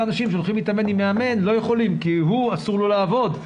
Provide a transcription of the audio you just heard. אנשים שהולכים להתאמן עם מאמן לא יכולים כי אסור לו לעבוד,